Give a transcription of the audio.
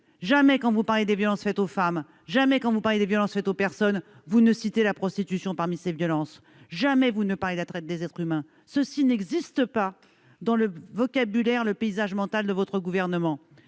jamais. Quand vous parlez des violences faites aux femmes, faites aux personnes, jamais vous ne citez la prostitution parmi ces violences. Jamais vous ne parlez de la traite des êtres humains : cela n'existe pas dans le vocabulaire et le paysage mental de ce gouvernement.